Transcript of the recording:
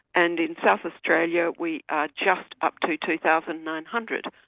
and in south australia we are just up to two thousand nine hundred